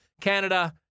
Canada